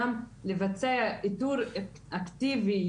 גם לבצע איתור אקטיבי,